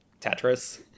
tetris